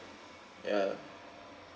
ya